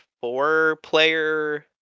four-player